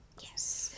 Yes